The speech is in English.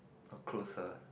come closer